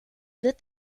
wird